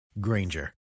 Granger